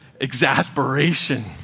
exasperation